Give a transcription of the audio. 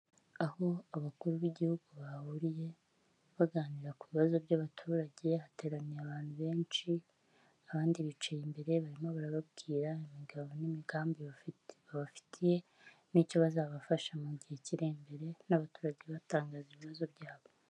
Aho abakuru b'igihugu bahuriye baganira ku bibazo by'abaturage, hateraniye bantu benshi abandi bicaye imbere, barimo barababwira imigabo n'imigambi babafitiye n'icyo bazabafasha mu gihe kiri imbere n'abaturage batanga ibibazo byabo.